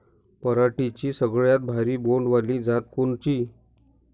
पराटीची सगळ्यात भारी बोंड वाली जात कोनची?